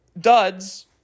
duds